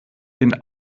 den